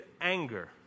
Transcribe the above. anger